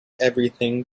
everything